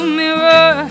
mirror